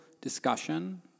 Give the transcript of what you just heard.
discussion